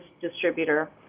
distributor